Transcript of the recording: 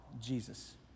Jesus